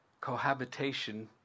cohabitation